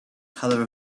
color